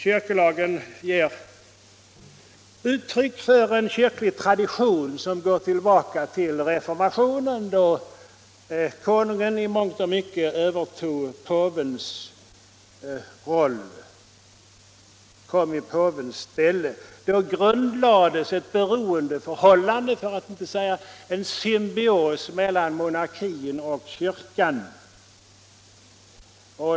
Kyrkolagen ger uttryck för en kyrklig tradition som går tillbaka till reformationen, då konungen i mångt och mycket kom i påvens ställe. Då grundlades ett beroendeförhållande — för att inte säga en symbios — mellan monarkin och kyrkan.